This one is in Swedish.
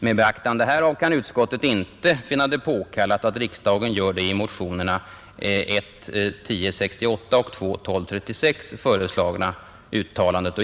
Med beaktande härav kan utskottet inte finna det påkallat att riksdagen gör det i motionerna 1:1068 och II:1236 föreslagna uttalandet.